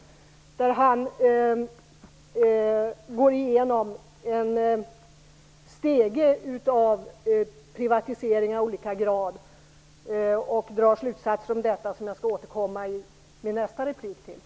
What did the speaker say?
Han går där igenom en stege av privatiseringar av olika grad och drar slutsatser av detta. Jag skall återkomma till det i nästa inlägg.